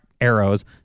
arrows